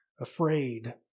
afraid